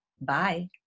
Bye